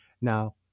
Now